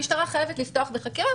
לפי סעיף 59 המשטרה חייבת לפתוח בחקירה,